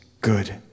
good